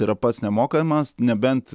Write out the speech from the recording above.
yra pats nemokamas nebent